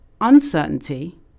uncertainty